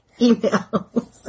email